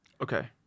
okay